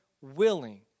willing